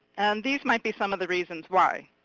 and these might be some of the reasons why.